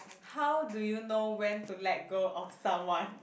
how do you know when to let go of someone